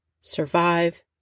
survive